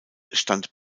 stand